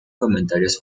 comentarios